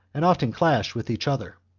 and often clash with each other.